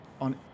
on